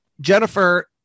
Jennifer